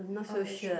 of the show